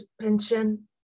pension